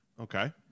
Okay